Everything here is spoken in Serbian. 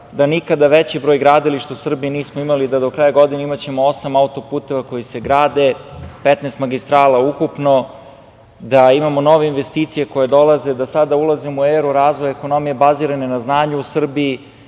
da nikada veći broj gradilišta u Srbiji nismo imali, da do kraja godine ćemo imati osam autoputeva koji se grade, 15 magistrala ukupno, da imamo nove investicije koje dolaze, da sada ulazimo u eru razvoja ekonomije bazirane na znanju u Srbiji,